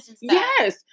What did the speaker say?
yes